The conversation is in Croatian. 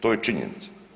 To je činjenica.